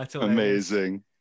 Amazing